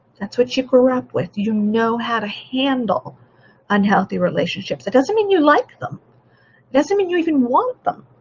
that's what she grew up with. you know how to handle unhealthy relationships. it doesn't mean you like them it doesn't mean you even want them.